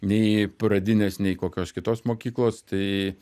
nei pradinės nei kokios kitos mokyklos tai